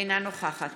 אינה נוכחת